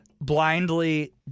Blindly